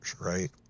right